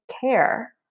care